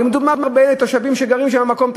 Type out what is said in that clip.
הרי מדובר בתושבים של המקום.